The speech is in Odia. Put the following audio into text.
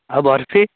ଆଉ ବର୍ଫି